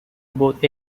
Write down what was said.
both